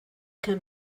can